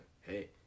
hey